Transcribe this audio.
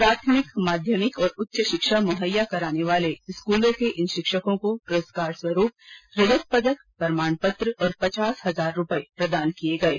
प्राथमिक माध्यमिक और उच्च शिक्षा मुहैया कराने वाले स्कूलों के इन शिक्षकों को पुरस्कार स्वरूप रजत पदक प्रमाण पत्र और पचास हजार रुपये प्रदान किये गये